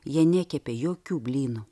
jie nekepė jokių blynų